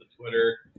Twitter